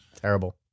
terrible